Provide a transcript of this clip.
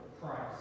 Christ